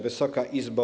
Wysoka Izbo!